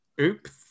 oops